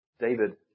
David